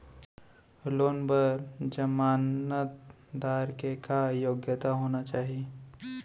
Loan बर जमानतदार के का योग्यता होना चाही?